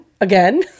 again